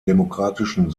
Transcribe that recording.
demokratischen